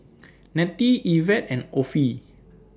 Nettie Evette and Offie